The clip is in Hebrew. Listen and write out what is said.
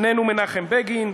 איננו מנחם בגין,